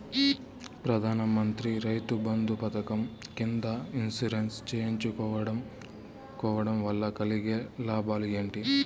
ప్రధాన మంత్రి రైతు బంధు పథకం కింద ఇన్సూరెన్సు చేయించుకోవడం కోవడం వల్ల కలిగే లాభాలు ఏంటి?